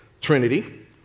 Trinity